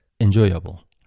enjoyable